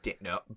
No